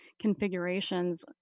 configurations